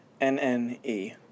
N-N-E